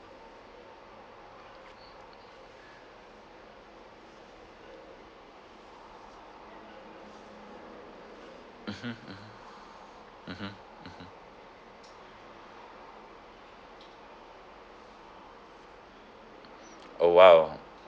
mmhmm mmhmm mmhmm mmhmm oh !wow!